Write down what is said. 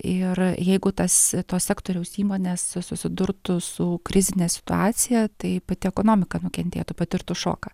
ir jeigu tas to sektoriaus įmonės susidurtų su krizine situacija tai pati ekonomika nukentėtų patirtų šoką